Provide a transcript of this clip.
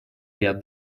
ряд